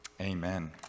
Amen